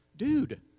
dude